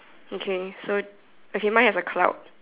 okay so okay mine has a cloud